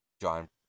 john